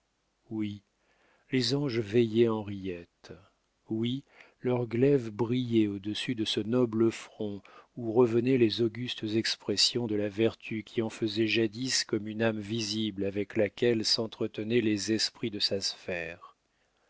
oui les anges veillaient henriette oui leurs glaives brillaient au-dessus de ce noble front où revenaient les augustes expressions de la vertu qui en faisaient jadis comme une âme visible avec laquelle s'entretenaient les esprits de sa sphère